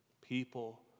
People